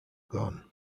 gone